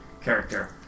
character